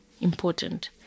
important